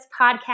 podcast